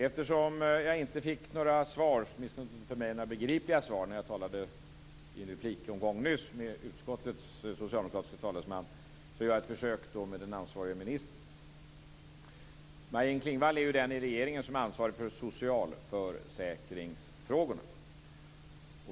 Eftersom jag inte fick några begripliga svar när jag nyss talade i en replikomgång med utskottets socialdemokratiske talesman gör jag ett försök med den ansvariga ministern. Maj-Inger Klingvall är den i regeringen som har ansvaret för socialförsäkringsfrågorna.